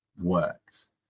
works